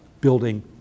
building